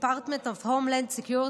Department of Home Land Security,